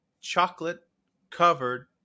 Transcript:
chocolate-covered